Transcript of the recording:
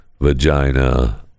vagina